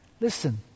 Listen